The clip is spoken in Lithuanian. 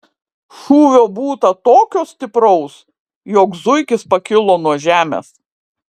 šūvio būta tokio stipraus jog zuikis pakilo nuo žemės